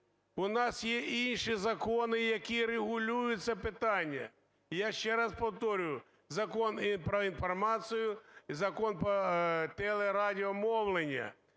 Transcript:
У нас є інші закони, які регулюють це питання. Я ще раз повторюю: Закон "Про інформацію", Закон про телерадіомовлення.